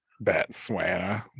Batswana